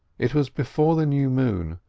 it was before the new moon,